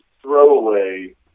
throwaway